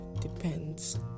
depends